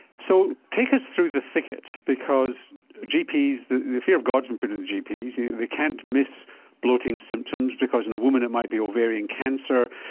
so take us through the thicket, because gps, the fear of god has been put into gps, they can't miss bloating symptoms because in a woman it might be ovarian cancer,